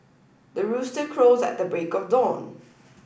the rooster crows at the break of dawn